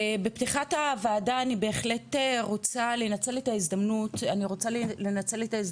בפתיחת הוועדה אני בהחלט רוצה לנצל את ההזדמנות שלנו